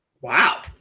Wow